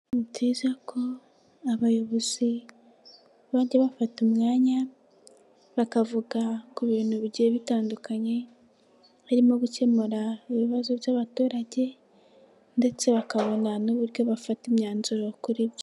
Ni byiza ko abayobozi bajya bafata umwanya, bakavuga ku bintu bigiye bitandukanye, harimo gukemura ibibazo by'abaturage, ndetse bakabona n'uburyo bafata imyanzuro kuri ibyo.